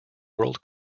world